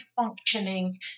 functioning